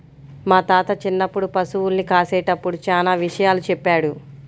మా తాత చిన్నప్పుడు పశుల్ని కాసేటప్పుడు చానా విషయాలు చెప్పాడు